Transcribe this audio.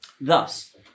Thus